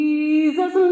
Jesus